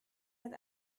mit